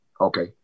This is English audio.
Okay